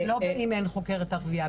לא באם אין חוקרת ערבייה,